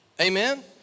amen